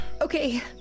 Okay